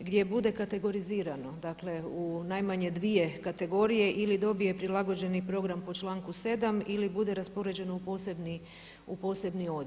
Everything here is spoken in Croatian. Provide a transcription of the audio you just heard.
gdje bude kategorizirano, dakle u najmanje dvije kategorije ili dobije prilagođeni program po članku 7. ili bude raspoređen u posebni odjel.